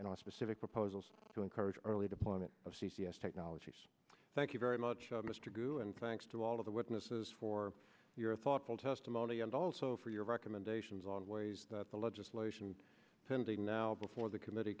on specific proposals to encourage early deployment of c c s technologies thank you very much mr du and thanks to all of the witnesses for your thoughtful testimony and also for your recommendations on ways that the legislation pending now before the committee